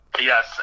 yes